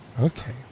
okay